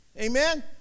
amen